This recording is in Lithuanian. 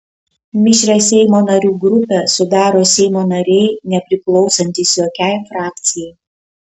mišrią seimo narių grupę sudaro seimo nariai nepriklausantys jokiai frakcijai